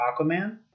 Aquaman